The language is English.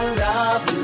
love